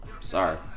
sorry